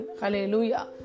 Hallelujah